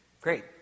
great